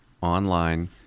online